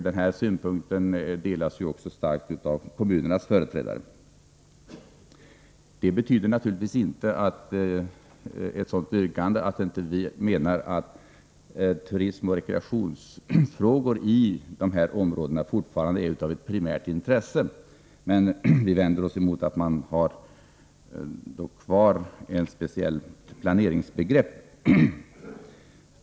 Denna uppfattning betonas också starkt av kommunernas företrädare. Vårt yrkande innebär naturligtvis inte att vi menar att turistoch rekreationsfrågorna i dessa områden inte längre skulle ha ett primärt intresse, men vi vänder oss emot att man skall ha kvar ett speciellt planeringsbegrepp.